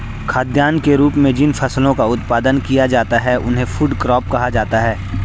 खाद्यान्न के रूप में जिन फसलों का उत्पादन किया जाता है उन्हें फूड क्रॉप्स कहा जाता है